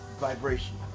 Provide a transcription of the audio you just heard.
vibration